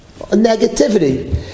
Negativity